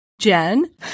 Jen